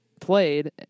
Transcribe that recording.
played